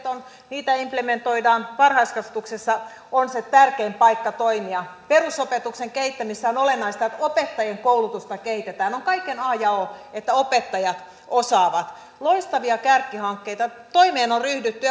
on niitä implementoidaan varhaiskasvatuksessa on se tärkein paikka toimia perusopetuksen kehittämisessä on olennaista että opettajien koulutusta kehitetään on kaiken a ja o että opettajat osaavat loistavia kärkihankkeita toimeen on ryhdytty